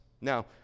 Now